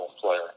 player